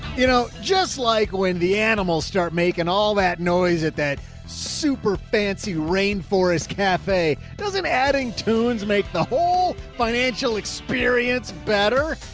you know, just like when the animals start making all that noise at that super fancy rain forest cafe, doesn't adding tunes. make the whole financial experience better.